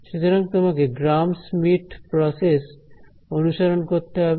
সুতরাং তোমাকে Gram Schmidt process অনুসরণ করতে হবে